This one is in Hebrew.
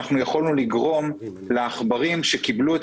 יכולנו לגרום לעכברים שקיבלו את